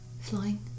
Flying